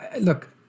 look